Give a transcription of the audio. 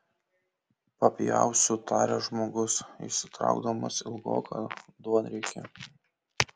papjausiu tarė žmogus išsitraukdamas ilgoką duonriekį